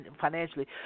financially